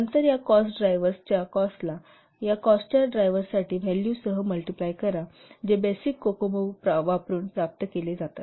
नंतर या cost drivers च्या कॉस्टला या कॉस्टच्या ड्रायव्हर्सच्या व्हॅल्यू सह मल्टिप्लाय करा जे बेसिक कोकोमो वापरुन प्राप्त केले जातात